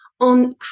on